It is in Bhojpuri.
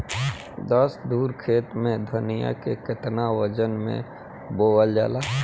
दस धुर खेत में धनिया के केतना वजन मे बोवल जाला?